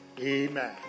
Amen